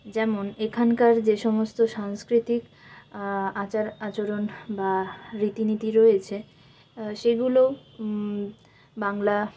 যেমন এখানকার যে সমস্ত সাংস্কৃতিক আচার আচরণ বা রীতিনীতি রয়েছে সেগুলো বাংলা